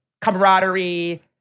camaraderie